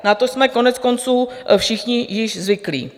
Na to jsme koneckonců všichni již zvyklí.